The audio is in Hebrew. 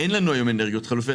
היום אנרגיות חלופיות,